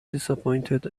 disappointed